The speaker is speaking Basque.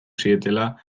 zietela